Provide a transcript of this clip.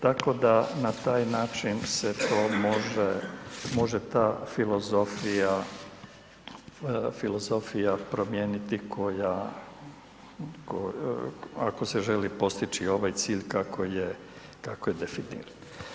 Tako da na taj način se to može, može ta filozofija, filozofija promijeniti koja, ako se želi postići ovaj cilj kako je definirano.